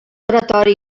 oratori